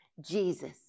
Jesus